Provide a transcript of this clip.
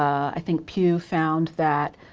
i think pew found that,